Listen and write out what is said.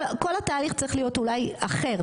כל התהליך צריך להיות אולי אחר,